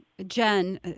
Jen